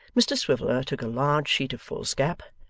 mr swiveller took a large sheet of foolscap,